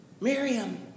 Miriam